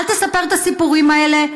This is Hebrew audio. אל תספר את הסיפורים האלה.